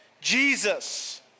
Jesus